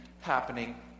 happening